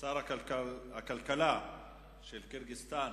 שר הכלכלה של קירגיזטן,